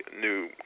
new